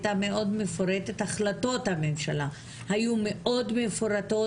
החלטות הממשלה היו מאוד מפורטות,